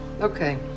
okay